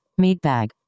Meatbag